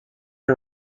and